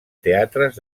teatres